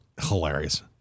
hilarious